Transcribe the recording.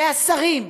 והשרים: